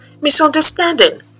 misunderstanding